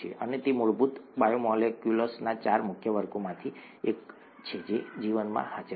અને તે મૂળભૂત બાયોમોલેક્યુલ્સના ચાર મુખ્ય વર્ગોમાંથી એક છે જે જીવનમાં હાજર છે